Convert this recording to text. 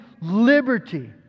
liberty